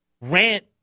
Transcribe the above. rant